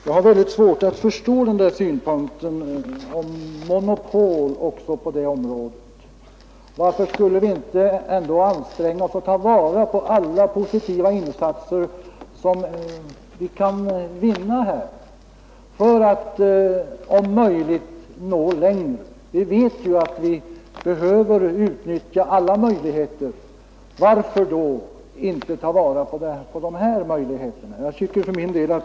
Jag har väldigt svårt att förstå synpunkten om monopol också på det här området. Varför skulle vi inte ändå kunna anstränga oss för att ta vara på alla positiva insatser som kan vinnas för att om möjligt nå längre på detta område? Alla möjligheter behöver ju utnyttjas. Varför då inte ta vara på dessa?